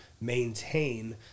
maintain